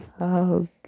Okay